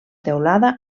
teulada